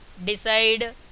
Decide